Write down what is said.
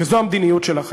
וזאת המדיניות שלכם.